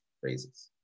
Phrases